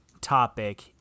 topic